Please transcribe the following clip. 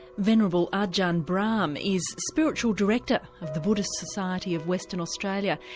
venerable ajahn brahm is spiritual director of the buddhist society of western australia.